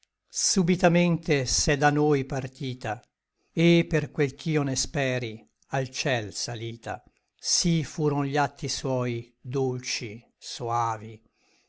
subitamente s'è da noi partita et per quel ch'io ne speri al ciel salita sí furon gli atti suoi dolci soavi